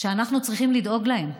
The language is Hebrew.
שאנחנו צריכים לדאוג להם,